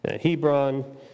Hebron